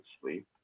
sleep